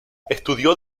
estudió